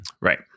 Right